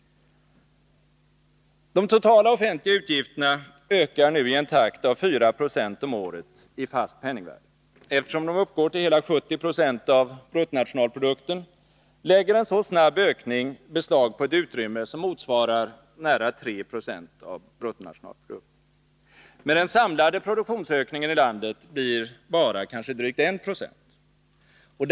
De totala utgifterna ökar nu i en takt av 4 96 om året i fast penningvärde. Eftersom de uppgår till hela 70 90 av bruttonationalprodukten, lägger en så snabb ökning beslag på ett utrymme som motsvarar nära 3 Zo av bruttonationalprodukten. Men den samlade produktionsökningen blir kanske bara drygt 1 90.